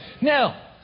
Now